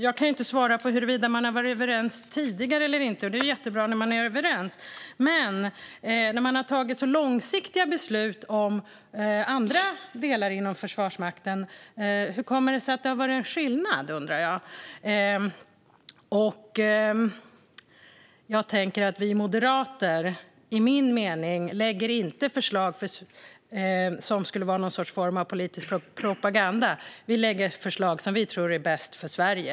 Jag kan ju inte svara på huruvida man har varit överens tidigare eller inte - det är ju jättebra när man är överens - men hur kommer det sig att det har varit en skillnad när man har tagit långsiktiga beslut om andra delar av Försvarsmakten? Det undrar jag. Som jag ser det lägger vi moderater inte fram förslag som skulle vara någon form av politisk propaganda. Vi lägger fram de förslag som vi tror är bäst för Sverige.